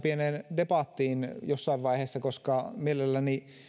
debattiin jossain vaiheessa koska mielelläni